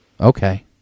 Okay